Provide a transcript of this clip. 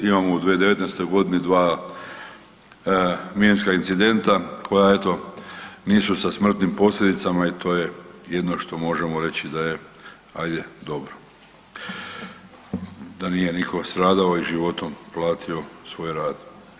Imamo u 2019.-toj godini 2 minska incidenta koja eto nisu sa smrtnim posljedicama i to je jedino što možemo reći da je ajde dobro, da nije nitko stradao i životom platio svoj rad.